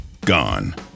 Gone